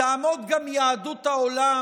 תעמוד גם יהדות העולם,